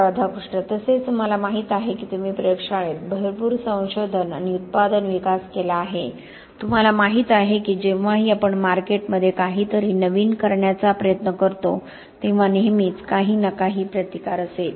राधाकृष्ण तसेच मला माहीत आहे की तुम्ही प्रयोगशाळेत भरपूर संशोधन आणि उत्पादन विकास केला आहे तुम्हाला माहीत आहे की जेव्हाही आपण मार्केटमध्ये काहीतरी नवीन करण्याचा प्रयत्न करतो तेव्हा नेहमीच काही ना काही प्रतिकार असेल